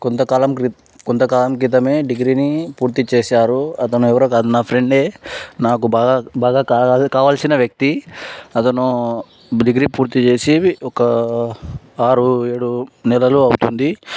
కొంతకాలం క్రిత్ కొంతకాలం క్రితమే డిగ్రీని పూర్తి చేసారు అతను ఎవరో కాదు నా ఫ్రెండే నాకు బాగ్ బాగా కావ కావాల్సిన వ్యక్తి అతను డిగ్రీ పూర్తి చేసి ఒక ఆరు ఏడు నెలలు అవుతుంది